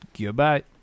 Goodbye